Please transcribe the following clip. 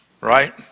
right